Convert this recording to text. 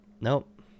nope